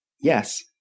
Yes